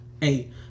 Hey